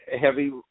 heavy